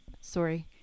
Sorry